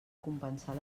compensar